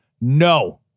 no